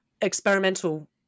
experimental